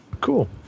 Cool